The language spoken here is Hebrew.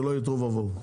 שלא יהיה תוהו ובוהו,